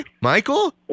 Michael